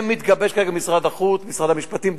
זה מתגבש כרגע עם משרד החוץ, משרד המשפטים.